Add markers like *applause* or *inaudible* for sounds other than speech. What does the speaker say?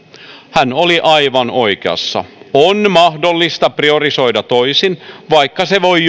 hän oli aivan oikeassa on mahdollista priorisoida toisin vaikka joskus voi *unintelligible*